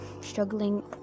struggling